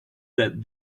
that